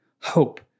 hope